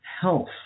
health